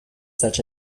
such